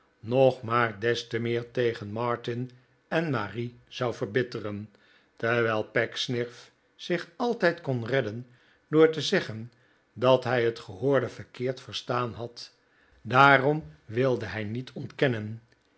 nog maar des te meer tegen martin en marie zou verbitteren terwijl pecksniff zich altijd kon redden door te zeggen dat hij het gehoorde verkeerd verstaan had daarom wilde hij niet ontkennen